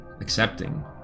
accepting